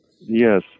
Yes